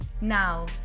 Now